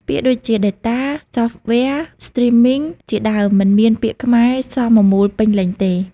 ពាក្យដូចជា "data", "software", "streaming" ជាដើមមិនមានពាក្យខ្មែរសមមូលពេញលេញទេ។